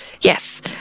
Yes